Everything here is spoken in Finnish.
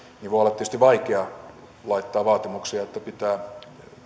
niin voi olla vaikea laittaa vaatimuksia että pitää